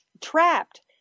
trapped